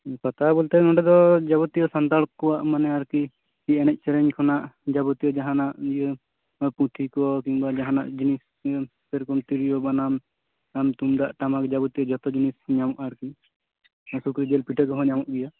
ᱯᱟᱛᱟ ᱵᱚᱞᱛᱮ ᱫᱚ ᱱᱚᱰᱮ ᱫᱚ ᱡᱟᱵᱚᱛᱤᱭᱳ ᱥᱟᱱᱛᱟᱲ ᱠᱚᱣᱟᱜ ᱢᱟᱱᱮ ᱟᱨᱠᱤ ᱮᱱᱮᱡ ᱥᱮᱨᱮᱧ ᱠᱷᱚᱱᱟᱜ ᱡᱟᱵᱚᱛᱤᱭᱳ ᱡᱟᱦᱟᱱᱟᱜ ᱤᱭᱟᱹ ᱯᱩᱛᱷᱤ ᱠᱚ ᱠᱤᱢᱵᱟ ᱡᱟᱦᱟᱱᱟᱜ ᱡᱤᱱᱤᱥ ᱥᱮᱨᱚᱠᱚᱢ ᱛᱤᱨᱭᱳ ᱵᱟᱱᱟᱢ ᱛᱩᱢᱫᱟᱜ ᱴᱟᱢᱟᱠ ᱡᱟᱵᱚᱛᱤᱭᱳ ᱡᱚᱛᱚ ᱡᱤᱱᱤᱥ ᱧᱟᱢᱚᱜᱼᱟ ᱟᱨᱠᱤ ᱥᱩᱠᱨᱤ ᱡᱤᱞ ᱯᱤᱴᱷᱟᱹ ᱠᱚᱦᱚᱸ ᱧᱟᱢᱚᱜ ᱜᱮᱭᱟ